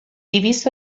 دویست